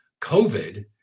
COVID